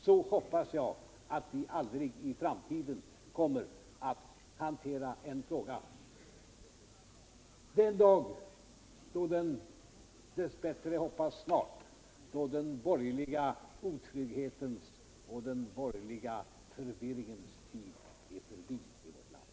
Så hoppas jag att vi aldrig kommer att hantera en fråga den dag då — jag hoppas snart — den borgerliga otrygghetens och den borgerliga förvirringens tid är förbi i vårt land.